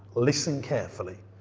listen carefully.